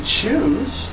choose